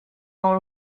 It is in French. dans